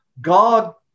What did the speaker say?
God